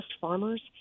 farmers